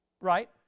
Right